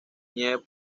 nieve